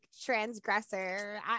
transgressor